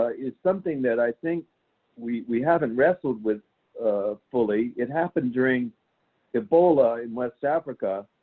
ah is something that i think we we haven't wrestled with fully. it happened during ebola in west africa,